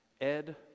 Ed